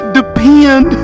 depend